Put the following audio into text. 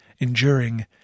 enduring